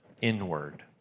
inward